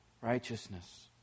righteousness